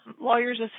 lawyer's